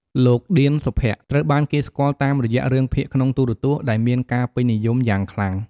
លោក ឌៀន សុភ័ក្រ្ត ត្រូវបានគេស្គាល់តាមរយៈរឿងភាគក្នុងទូរទស្សន៍ដែលមានការពេញនិយមយ៉ាងខ្លាំង។